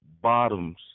bottoms